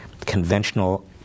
conventional